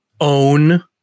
own